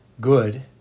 good